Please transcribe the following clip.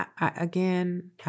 again